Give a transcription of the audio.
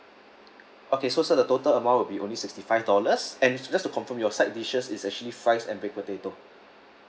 okay so sir the total amount will be only sixty five dollars and just to confirm your side dishes is actually fries and baked potato